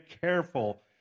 careful